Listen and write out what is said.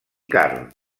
carn